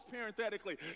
parenthetically